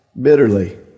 bitterly